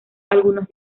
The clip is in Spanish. algunos